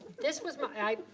this was my,